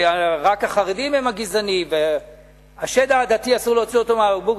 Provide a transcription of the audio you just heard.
שרק החרדים הם הגזענים והשד העדתי אסור להוציא אותו מהבקבוק,